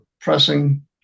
pressing